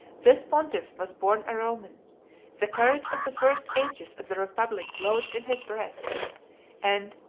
this pontiff was born a roman the courage of the first ages of the republic glowed in his breast and,